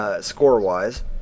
score-wise